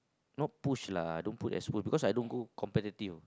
not push lah I don't put as full because I don't go competitive